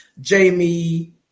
Jamie